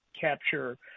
capture